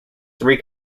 three